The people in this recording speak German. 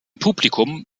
publikum